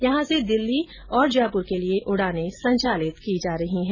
यहां से दिल्ली और जयपुर के लिए उड़ानें संचालित की जा रही है